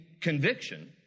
conviction